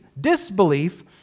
disbelief